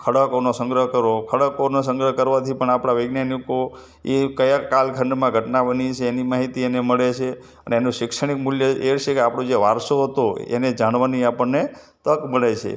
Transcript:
ખડકોનો સંગ્રહ કરવો ખડકોનો સંગ્રહ કરવાથી પણ આપણા વૈજ્ઞાનિકો એ કયા કાળ ખંડમાં ઘટના બની છે એની માહિતી એને મળે છે અને એનું શૈક્ષણિક મૂલ્ય એ છે કે આપણો જે વારસો હતો એને જાણવાની આપણને તક મળે છે